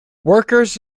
workers